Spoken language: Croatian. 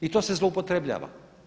I to se zloupotrebljava.